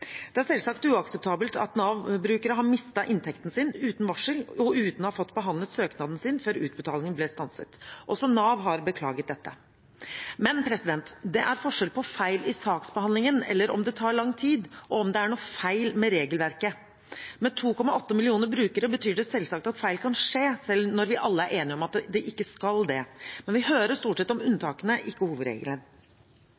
Det er selvsagt uakseptabelt at Nav-brukere har mistet inntekten sin, uten varsel og uten å ha fått behandlet søknaden sin før utbetalingene ble stanset. Nav har beklaget dette. Men det er forskjell på feil i saksbehandlingen eller om det tar lang tid, og om det er noe feil med regelverket. 2,8 millioner brukere betyr selvsagt at feil kan skje, selv når vi alle er enige om at det ikke skal det. Men vi hører stort sett om